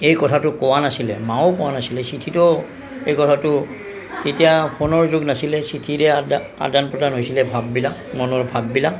এই কথাটো কোৱা নাছিলে মায়েও কোৱা নাছিলে চিঠিতো এই কথাটো তেতিয়া ফোনৰ যুগ নাছিলে চিঠিৰে আদান প্ৰদান হৈছিলে ভাৱবিলাক মনৰ ভাৱবিলাক